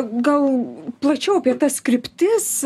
gal plačiau apie tas kryptis